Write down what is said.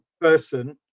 person